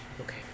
Okay